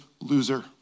loser